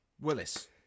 Willis